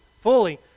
fully